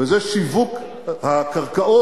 וזה שיווק הקרקעות,